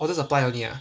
oh just apply only ah